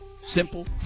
Simple